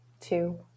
two